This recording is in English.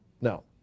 No